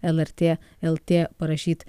lrt lt parašyt